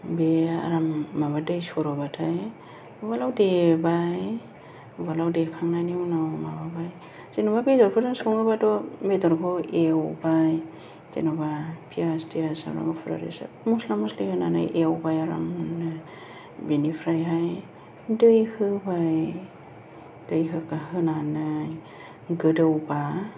बे आरो माबा दै सरबाथाय उवालाव देबाय उवालाव देखांनायनि उनाव माबाबाय जेनेबा बेदरफोरजों सङोबाथ' बेदरखौ एवबाय जेनेबा पियाज थियाज सामब्राम गुफुर आरि मस्ला मस्लि होनानै एवबाय आरामनो बेनिफ्रायहाय दै होबाय दै होनानै गोदौबा